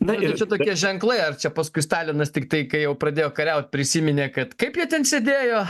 na ir čia tokie ženklai ar čia paskui stalinas tiktai kai jau pradėjo kariaut prisiminė kad kaip jie ten sėdėjo